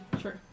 Sure